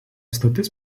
stotis